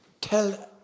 Tell